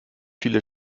viele